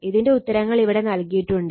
ഇതിന്റെ ഉത്തരങ്ങൾ ഇവിടെ നൽകിയിട്ടുണ്ട്